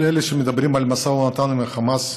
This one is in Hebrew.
כל אלה שמדברים על משא ומתן עם החמאס,